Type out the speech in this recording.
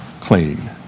clean